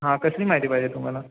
हां कसली माहिती पाहिजे तुम्हाला